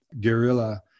guerrilla